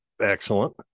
Excellent